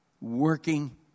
working